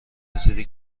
رسیده